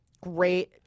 Great